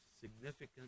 significant